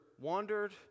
wandered